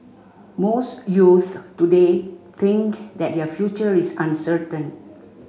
most youths today think that their future is uncertain